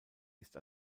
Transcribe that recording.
ist